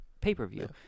pay-per-view